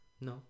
No